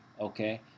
okay